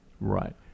Right